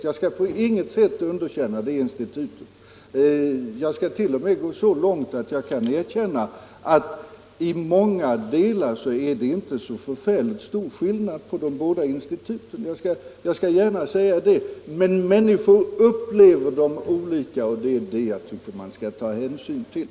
Jag vill på inget sätt underkänna det institutet, och jag skall t.o.m. gå så långt att jag erkänner att det i många delar inte är så förfärligt stor skillnad mellan de båda instituten. Men människor upplever dem olika, och det är det jag tycker att man skall ta hänsyn till.